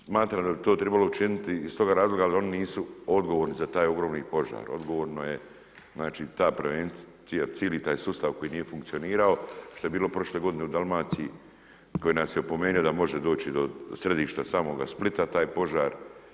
Smatram da bi to trebalo učiniti iz toga razloga, ali oni nisu odgovorni za taj ogromni požar, odgovorno je ta prevencija, cijeli taj sustav koji nije funkcionirao, što je bilo prošle g. u Dalmaciji, koji nas je opomenuo da može doći do središta samog Splita taj požara.